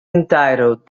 entitled